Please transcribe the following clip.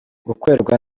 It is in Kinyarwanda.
gukorerwa